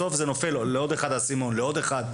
בסוף נופל האסימון לעוד אחד, ולעוד אחד.